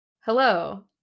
Hello